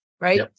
right